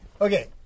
okay